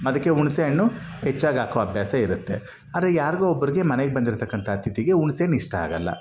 ಅದಕ್ಕೆ ಹುಣ್ಸೆ ಹಣ್ಣು ಹೆಚ್ಚಾಗಾಕೋ ಅಭ್ಯಾಸ ಇರುತ್ತೆ ಆದರೆ ಯಾರಿಗೋ ಒಬ್ಬರಿಗೆ ಮನೆಗೆ ಬಂದಿರ್ತಕ್ಕಂಥ ಅತಿಥಿಗೆ ಹುಣ್ಸೆ ಹಣ್ ಇಷ್ಟ ಆಗಲ್ಲ